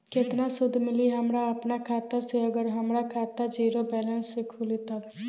केतना सूद मिली हमरा अपना खाता से अगर हमार खाता ज़ीरो बैलेंस से खुली तब?